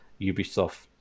Ubisoft